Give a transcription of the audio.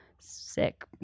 Sick